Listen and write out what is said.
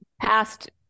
past